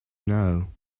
now